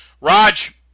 Raj